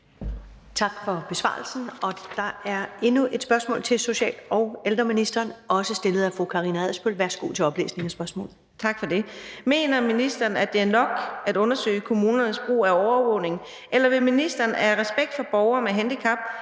Tak for besvarelsen. Der er endnu et spørgsmål til social- og ældreministeren, også stillet af fru Karina Adsbøl. Kl. 13:48 Spm. nr. S 968 7) Til social- og ældreministeren af: Karina Adsbøl (DF): Mener ministeren, at det er nok at »undersøge« kommunernes brug af overvågning, eller vil ministeren af respekt for borgere med handicap